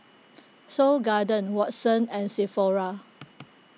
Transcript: Seoul Garden Watsons and Sephora